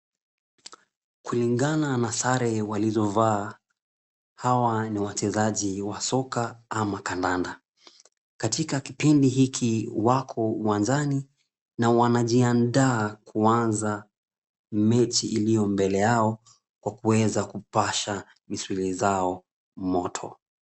Kulingana na sare walizovaa ,hawa ni wachezaji wa soka ama kandanda. Katika kipindi hiki wako uwanjani na wanajiandaa kuanza mechi iliyo mbele yao kwa kuweza kupasha misuli zao moto.